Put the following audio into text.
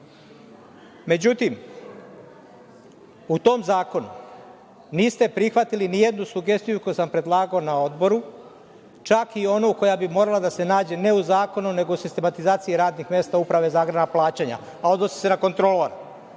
zakon.Međutim, u tom zakonu, niste prihvatili nijednu sugestiju koju sam predlagao na Odboru, čak i onu koja bi morala da se nađe, ne u zakonu, nego u sistematizaciji radnih mesta Uprave za agrarna plaćanja, a odnosi se na kontrolor.